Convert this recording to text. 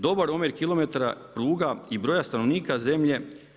Dobar omjer kilometara pruga i broja stanovnika zemlje.